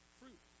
fruit